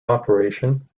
operation